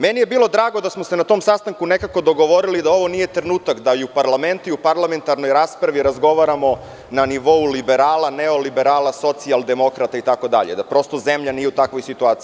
Meni je bilo drago da smo se na tom sastanku nekako dogovorili da ovo nije trenutak da u parlamentu razgovaramo na nivou liberala, neoliberala, socijaldemokrata itd, da prosto zemlja nije u takvoj situaciji.